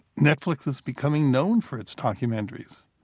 netflix is becoming known for its documentaries.